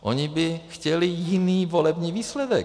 Oni by chtěli jiný volební výsledek.